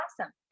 awesome